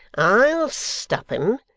i'll stop em.